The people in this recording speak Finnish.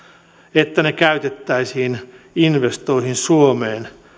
että ne käytettäisiin investointeihin suomeen